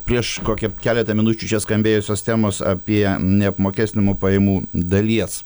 prieš kokią keletą minučių čia skambėjusios temos apie neapmokestinamų pajamų dalies